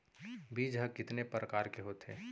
बीज ह कितने प्रकार के होथे?